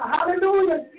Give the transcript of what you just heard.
Hallelujah